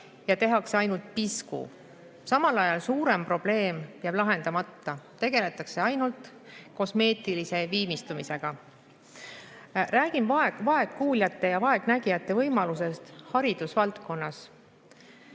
aga tehakse ainult pisku. Samal ajal suurem probleem jääb lahendamata, tegeletakse ainult kosmeetilise viimistlemisega. Räägin vaegkuuljate ja vaegnägijate võimalusest haridusvaldkonnas.